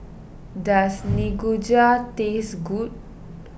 does Nikujaga taste good